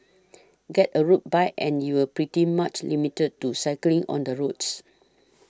get a road bike and you're pretty much limited to cycling on the roads